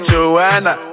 Joanna